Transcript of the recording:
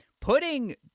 putting